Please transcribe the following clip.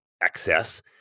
excess